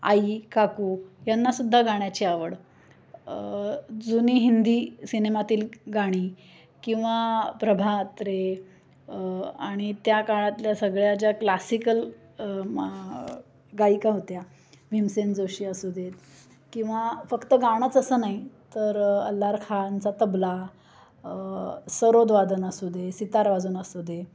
आई काकू यांना सुद्धा गाण्याची आवड जुनी हिंदी सिनेमातील गाणी किंवा प्रभा अत्रे आणि त्या काळातल्या सगळ्या ज्या क्लासिकल गायिका होत्या भीमसेन जोशी असू दे किंवा फक्त गाणंच असं नाही तर अल्लार खाँचा तबला सरोदवादन असू दे सीतारवादन असू दे